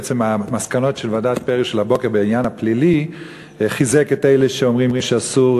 בעצם המסקנות של ועדת פרי הבוקר בעניין הפלילי חיזקו את אלה שאומרים שאסור